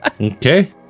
Okay